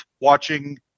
watching